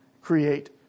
create